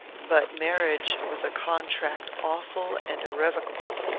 but marriage was a contract awful and irrevocable.